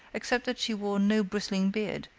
except that she wore no bristling beard,